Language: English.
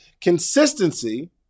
Consistency